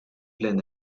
plein